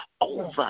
over